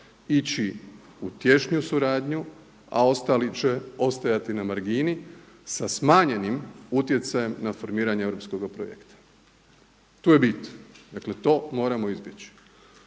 ići u tješniju suradnju, a ostali će ostati na margini sa smanjenim utjecajem na formiranje europskoga projekta. Tu je bit, dakle to moramo izbjeći